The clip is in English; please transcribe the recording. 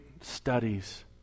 studies